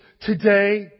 today